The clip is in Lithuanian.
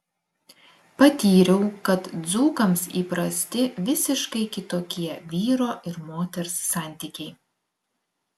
patyriau kad dzūkams įprasti visiškai kitokie vyro ir moters santykiai